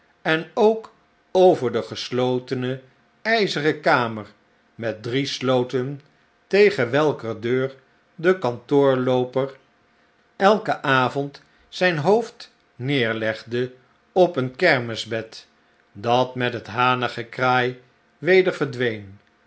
en ook over de geslotene ijzeren kamer met drie sloten tegen welker deur de kantoorlooper elken avond zijn hoofd neerlegde op een kermisbed dat met het hanengekraai weder verdween